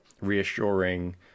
reassuring